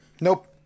nope